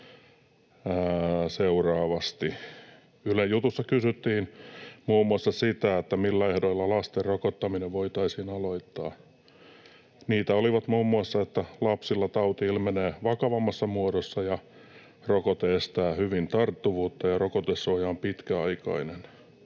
seuraavasti: Ylen jutussa kysyttiin muun muassa sitä, millä ehdoilla lasten rokottaminen voitaisiin aloittaa. Niitä olivat muun muassa, että lapsilla tauti ilmenee vakavammassa muodossa ja rokote estää hyvin tarttuvuutta ja rokotesuoja on pitkäaikainen.